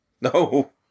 No